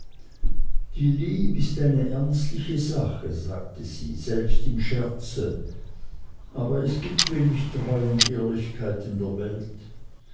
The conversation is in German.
die lieb ist eine ernstliche sache sagte sie selbst im scherze aber es gibt wenig treu und ehrlichkeit in der welt